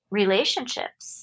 relationships